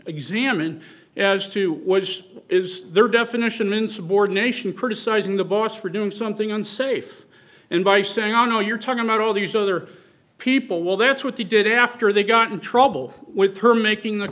examined as to what is their definition of insubordination criticizing the boss for doing something unsafe and by saying oh no you're talking about all these other people well that's what they did after they got in trouble with her making the